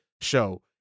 show